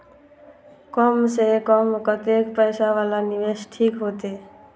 कम से कम कतेक पैसा वाला निवेश ठीक होते?